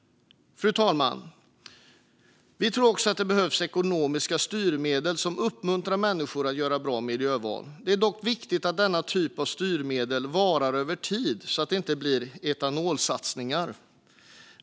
Fru talman! Vi tror att det behövs ekonomiska styrmedel som uppmuntrar människor att göra bra miljöval. Det är dock viktigt att denna typ av styrmedel varar över tid så att det inte blir etanolsatsningar.